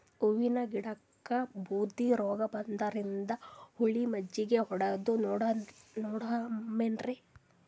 ಹೂವಿನ ಗಿಡಕ್ಕ ಬೂದಿ ರೋಗಬಂದದರಿ, ಹುಳಿ ಮಜ್ಜಗಿ ಹೊಡದು ನೋಡಮ ಏನ್ರೀ?